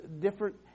different